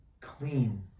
Clean